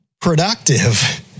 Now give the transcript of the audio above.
productive